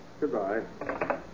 Goodbye